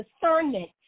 discernment